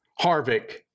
Harvick